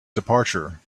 departure